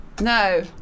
No